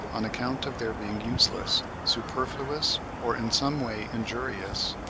on account of their being useless, superfluous, or in some way injurious.